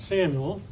Samuel